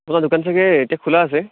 আপোনাৰ দোকান ছাগৈ এতিয়া খোলা আছে